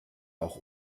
auch